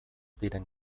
diren